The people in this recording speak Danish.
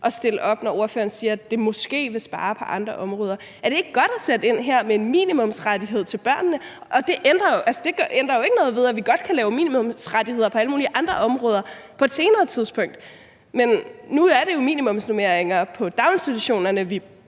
at stille op, når ordføreren siger, at det måske vil give besparelser på andre områder. Er det ikke godt at sætte ind her med en minimumsrettighed til børnene? Det ændrer jo ikke noget ved, at vi godt kan lave minimumsrettigheder på alle mulige andre områder på et senere tidspunkt, men nu er det jo minimumsnormeringer i daginstitutionerne, vi